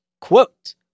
quote